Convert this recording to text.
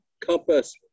compass